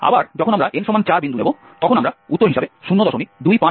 আবার যখন আমরা n 4 বিন্দু নেব তখন আমরা উত্তর হিসাবে 025542 পাব